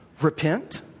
repent